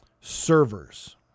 Servers